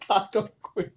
他的 quick